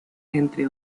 entre